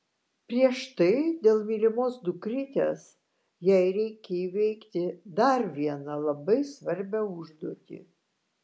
prieš tai dėl mylimos dukrytės jai reikia įveikti dar vieną labai svarbią užduotį